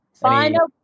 Final